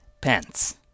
Pants